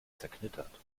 zerknittert